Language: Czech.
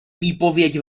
výpověď